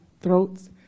throats